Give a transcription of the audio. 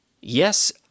Yes